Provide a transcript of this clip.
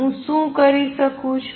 હું શું કરી શકું છું